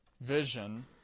vision